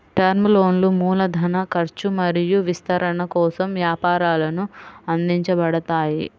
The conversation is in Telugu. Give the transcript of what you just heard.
టర్మ్ లోన్లు మూలధన ఖర్చు మరియు విస్తరణ కోసం వ్యాపారాలకు అందించబడతాయి